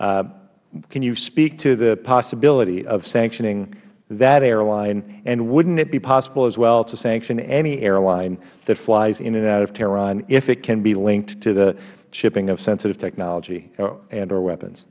tehran can you speak to the possibility of sanctioning that airline and wouldn't it be possible as well to sanction any airline that flies in and out of tehran if it can be linked to the shipping of sensitive technology andor weapons